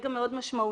לרגע מאוד משמעותי.